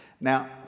Now